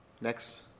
Next